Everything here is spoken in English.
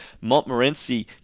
Montmorency